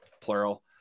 plural